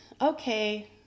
okay